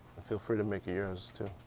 feel free to make it yours, too.